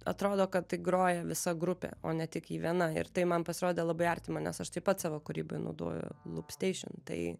atrodo kad tai groja visa grupė o ne tik ji viena ir tai man pasirodė labai artima nes aš taip pat savo kūryboj naudoju lupsteišin tai